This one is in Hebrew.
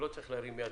ולא צריך להרים יד.